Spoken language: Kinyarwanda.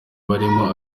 barimo